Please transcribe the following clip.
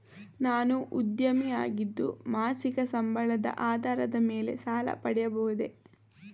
ನಾನು ಉದ್ಯೋಗಿ ಆಗಿದ್ದು ಮಾಸಿಕ ಸಂಬಳದ ಆಧಾರದ ಮೇಲೆ ಸಾಲ ಪಡೆಯಬಹುದೇ?